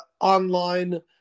online